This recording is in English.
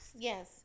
Yes